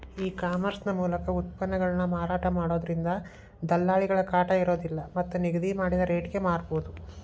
e commerce ಮೂಲಕ ಉತ್ಪನ್ನಗಳನ್ನ ಮಾರಾಟ ಮಾಡೋದ್ರಿಂದ ದಲ್ಲಾಳಿಗಳ ಕಾಟ ಇರೋದಿಲ್ಲ ಮತ್ತ್ ನಿಗದಿ ಮಾಡಿದ ರಟೇಗೆ ಮಾರಬೋದು